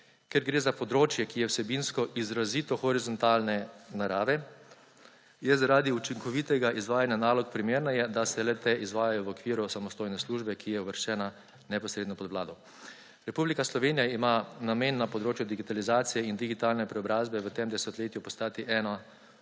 ker gre za področje, ki je vsebinsko izrazito horizontalne narave je, zaradi učinkovitega 82. TRAK: (SB) - 17.45 (nadaljevanje) izvajanja nalog primerneje, da se le-te izvajajo v okviru samostojne službe, ki je uvrščena neposredno pod vlado. Republika Slovenija ima namen na področju digitalizacije in digitalne preobrazbe v tem desetletju postati eno